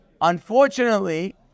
Unfortunately